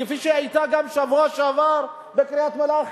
כפי שהיתה גם בשבוע שעבר בקריית-מלאכי.